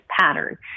pattern